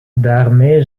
daarmee